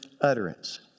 utterance